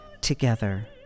together